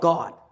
God